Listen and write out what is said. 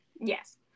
Yes